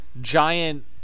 giant